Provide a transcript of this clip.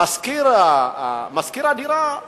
משכיר הדירה אומר: